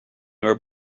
were